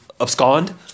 Abscond